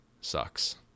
sucks